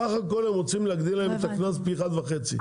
סך הכול הם רוצים להגדיל להם את הקנס פי אחד וחצי.